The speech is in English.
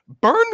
burn